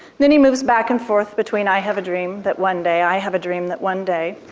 then he moves back and forth between i have a dream that one day, i have a dream that one day,